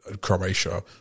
Croatia